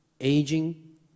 aging